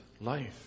life